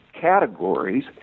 categories